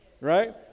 right